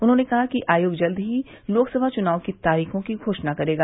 उन्होंने कहा कि आयोग जल्द ही लोकसभा चुनाव की तारीखों की घोषणा करेगा